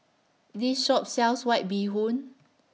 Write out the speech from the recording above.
This Shop sells White Bee Hoon